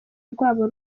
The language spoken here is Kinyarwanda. rwabo